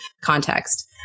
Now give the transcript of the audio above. context